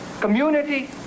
community